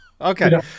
Okay